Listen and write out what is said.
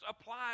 apply